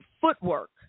footwork